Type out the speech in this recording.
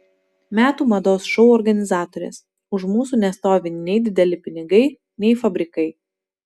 metų mados šou organizatorės už mūsų nestovi nei dideli pinigai nei fabrikai